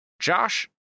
Josh